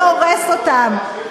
לא הורס אותן,